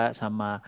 sama